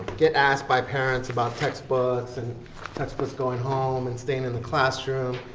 get asked by parents about textbooks, and textbooks going home and staying in the classroom.